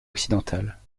occidentale